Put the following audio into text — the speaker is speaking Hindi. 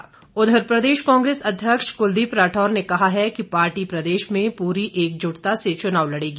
चुनाव प्रचार प्रदेश कांग्रेस अध्यक्ष कुलदीप राठौर ने कहा है कि पार्टी प्रदेश में पूरी एकजुटता से चुनाव लड़ेगी